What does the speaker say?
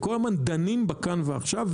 וכל הזמן דנים בכאן ועכשיו.